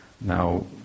now